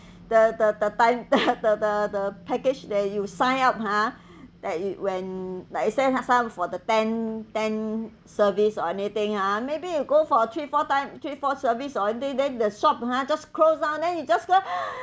the the the time the the the package that you sign up hor that you when like I say last time for the ten ten service or anything ah maybe you go for a three four time three four service oh and then the shop hor just closed down then you just go